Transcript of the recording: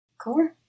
Cool